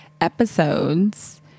episodes